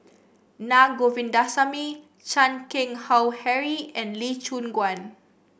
Na Govindasamy Chan Keng Howe Harry and Lee Choon Guan